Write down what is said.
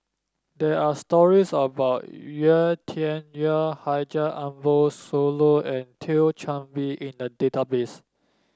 there are stories about Yau Tian Yau Haji Ambo Sooloh and Thio Chan Bee in the database